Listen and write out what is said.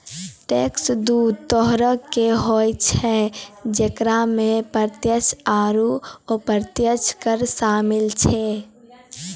tax दु तरहो के होय छै जेकरा मे प्रत्यक्ष आरू अप्रत्यक्ष कर शामिल छै